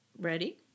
ready